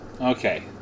Okay